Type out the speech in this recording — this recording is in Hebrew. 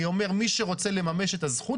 אני אומר, מי שרוצה לממש את הזכות